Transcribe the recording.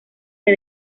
que